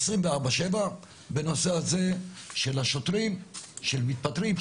24/7 בנושא הזה של השוטרים של מתפטרים,